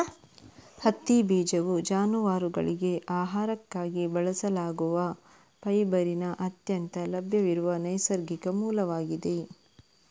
ಹತ್ತಿ ಬೀಜವು ಜಾನುವಾರುಗಳಿಗೆ ಆಹಾರಕ್ಕಾಗಿ ಬಳಸಲಾಗುವ ಫೈಬರಿನ ಅತ್ಯಂತ ಲಭ್ಯವಿರುವ ನೈಸರ್ಗಿಕ ಮೂಲವಾಗಿದೆ